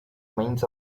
means